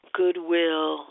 goodwill